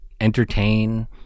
entertain